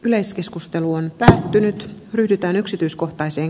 yleiskeskustelu on päättynyt ryhdytään yksityiskohtaisen